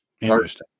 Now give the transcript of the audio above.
Interesting